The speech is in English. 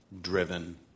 driven